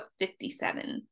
57